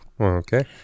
Okay